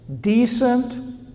Decent